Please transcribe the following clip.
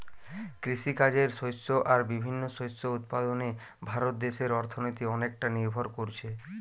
কৃষিকাজের শস্য আর বিভিন্ন শস্য উৎপাদনে ভারত দেশের অর্থনীতি অনেকটা নির্ভর কোরছে